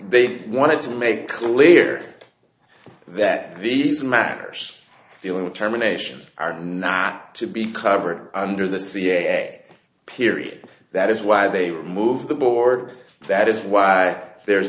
they've wanted to make clear that these matters dealing with terminations are not to be covered under the ca period that is why they remove the board that is why there is